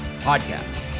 podcast